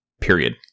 period